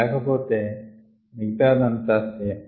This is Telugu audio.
లేకపోతె మిగతాదంతా సేమ్